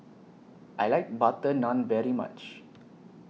I like Butter Naan very much